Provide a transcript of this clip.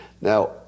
Now